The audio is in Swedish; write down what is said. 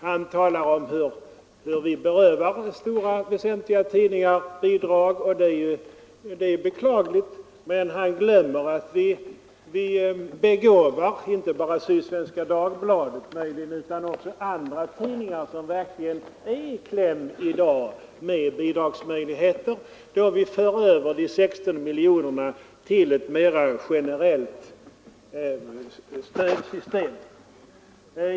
Han talade om hur vi berövar stora och väsentliga tidningar bidrag — och detta är naturligtvis beklagligt — men han glömde att vi begåvar inte bara Sydsvenska Dagbladet utan också andra tidningar, som verkligen kommit i kläm i dag, med bidragsmöjligheter då vi för över de 16 miljonerna till ett mera generellt stödsystem.